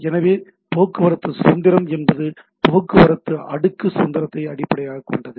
எனவே போக்குவரத்து சுதந்திரம் என்பது போக்குவரத்து அடுக்கு சுதந்திரத்தை அடிப்படையாகக் கொண்டது